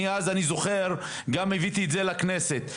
אני זוכר גם ליוויתי את זה לכנסת.